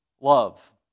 Love